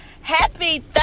happy